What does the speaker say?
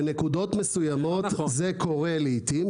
בנקודות מסוימות זה קורה לעיתים,